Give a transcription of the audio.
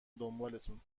دنبالتون